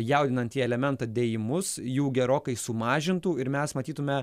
jaudinantį elementą dėjimus jų gerokai sumažintų ir mes matytume